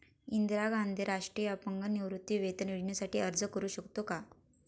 इंदिरा गांधी राष्ट्रीय अपंग निवृत्तीवेतन योजनेसाठी अर्ज करू शकतो का?